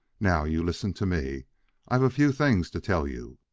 now, you listen to me i've a few things to tell you.